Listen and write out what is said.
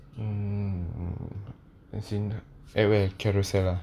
um as in at where carousell ah